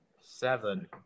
Seven